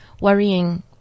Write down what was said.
worrying